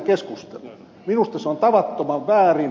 minusta se on tavattoman väärin